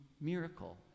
miracle